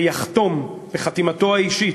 ויחתום בחתימתו האישית,